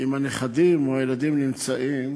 אם הילדים או הנכדים נמצאים